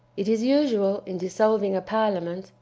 it is usual, in dissolving a parliament,